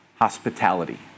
hospitality